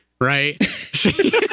right